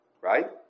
Right